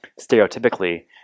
Stereotypically